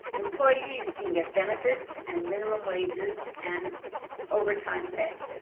employees can get benefits and minimum wages and overtime pay.